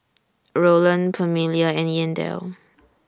Rowland Pamelia and Yandel